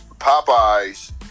Popeyes